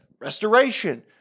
restoration